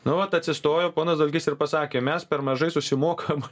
nu vat atsistojo ponas dalgys ir pasakė mes per mažai susimokam